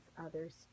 others